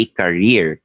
career